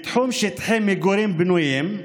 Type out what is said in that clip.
בתחום שטחי מגורים בנויים,